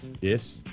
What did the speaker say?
Yes